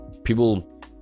People